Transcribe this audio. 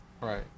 Right